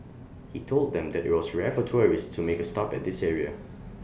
he told them that IT was rare for tourists to make A stop at this area